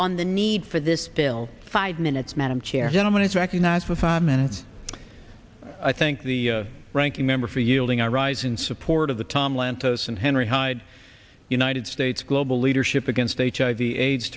on the need for this bill five minutes madam chair gentleman is recognized for five minutes i thank the ranking member for yielding i rise in support of the tom lantos and henry hyde united states global leadership against hiv aids